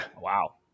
Wow